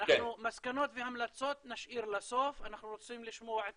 מסקנות והמלצות נשאיר לסוף, אנחנו רוצים לשמוע את